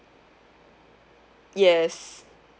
yes